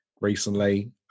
recently